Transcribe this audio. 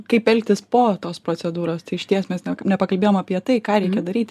kaip elgtis po tos procedūros tai išties mes ne nepakalbėjom apie tai ką reikia daryt